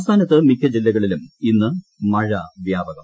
സംസ്ഥാനത്ത് മിക്ക ജില്ലകളിലും ഇന്ന് മഴ വ്യാപകം